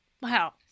wow